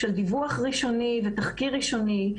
של דיווח ראשוני ותחקיר ראשוני.